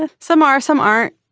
ah some are some aren't.